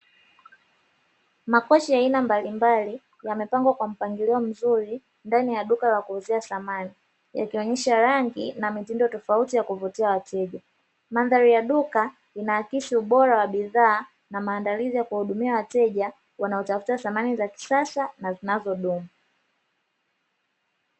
Makochi ya aina mbalimbali yamepangwa kwa mpangilio mzuri ndani ya duka la kuuzia samani likionyesha rangi na mitindo tofauti ya kuvutia wateja, madhari ya duka inaakisi ubora wa bidhaa na maandalizi ya kuwahudumi wateja wanaotafuta samani za kisasa na zinazo dumu.